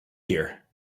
here